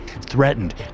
threatened